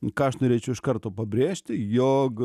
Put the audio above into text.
ką aš norėčiau iš karto pabrėžti jog